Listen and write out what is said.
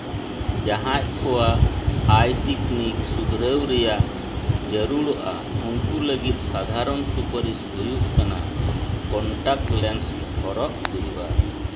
ᱡᱟᱦᱟᱸᱭ ᱠᱚᱣᱟᱜ ᱟᱭᱥᱤᱠᱱᱤᱠ ᱥᱩᱫᱷᱨᱟᱹᱣ ᱨᱮᱭᱟᱜ ᱡᱟᱹᱨᱩᱲᱚᱜᱼᱟ ᱩᱱᱠᱩ ᱞᱟᱹᱜᱤᱫ ᱥᱟᱫᱷᱟᱨᱚᱱ ᱥᱩᱯᱟᱨᱤᱥ ᱦᱩᱭᱩᱜ ᱠᱟᱱᱟ ᱠᱚᱱᱴᱟᱠᱴ ᱞᱮᱱᱥ ᱦᱚᱨᱚᱜ ᱦᱩᱭᱩᱜᱼᱟ